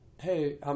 hey